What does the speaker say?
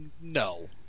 no